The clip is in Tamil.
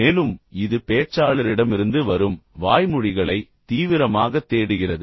மேலும் இது பேச்சாளரிடமிருந்து வரும் வாய்மொழிகளை தீவிரமாகத் தேடுகிறது